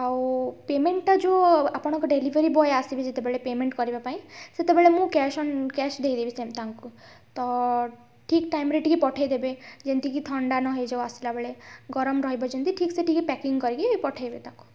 ଆଉ ପେମେଣ୍ଟ୍ଟା ଯେଉଁ ଆପଣଙ୍କ ଡେଲିଭେରି ବୟ ଆସିବେ ଯେତେବେଳେ ପେମେଣ୍ଟ୍ କରିବାପାଇଁ ସେତେବେଳେ ମୁଁ କ୍ୟାସ୍ ଅନ୍ କ୍ୟାସ୍ ଦେଇଦେବି ତାଙ୍କୁ ତ ଠିକ୍ ଟାଇମ୍ରେ ଟିକେ ପଠେଇଦେବେ ଯେମିତିକି ଥଣ୍ଡା ନହୋଇଯାଉ ଆସିଲାବେଳେ ଗରମ ରହିବ ଯେମିତି ଠିକ୍ ସେ ଟିକେ ପ୍ୟାକିଙ୍ଗ୍ କରିକି ପଠେଇବେ ତାକୁ